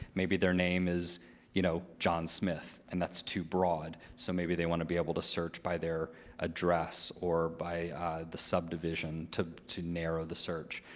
maybe their name is you know john smith, and that's too broad. so maybe they want to be able to search by their address or by the subdivision to to narrow the search.